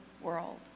world